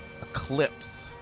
Eclipse